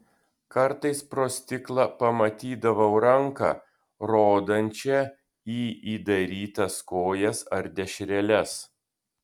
kartais pro stiklą pamatydavau ranką rodančią į įdarytas kojas ar dešreles